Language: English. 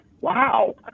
wow